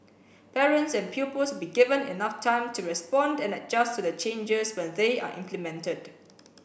parents and pupils be given enough time to respond and adjust to the changes when they are implemented